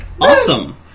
Awesome